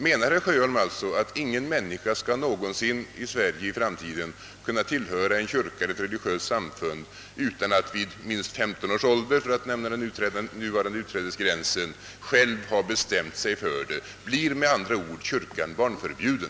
"Menar herr Sjöholm att ingen människa i Sverige i framtiden någonsin 'skall kunna tillhöra en kyrka eller annat religiöst samfund utan att vid lägst femton års ålder — för att nämna den nuvarande utträdesgränsen — själv ha bestämt sig för det? Blir med andra 'ord kyrkan barnförbjuden?